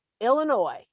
Illinois